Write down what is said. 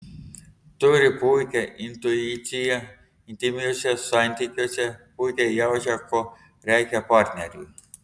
turi puikią intuiciją intymiuose santykiuose puikiai jaučia ko reikia partneriui